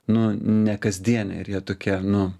nu nekasdienė ir jie tokie nu